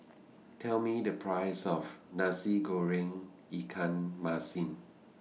Tell Me The Price of Nasi Goreng Ikan Masin